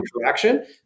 interaction